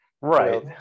Right